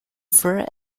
fur